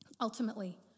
Ultimately